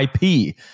IP